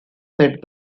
said